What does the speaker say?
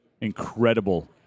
Incredible